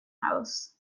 house